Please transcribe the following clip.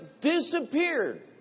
disappeared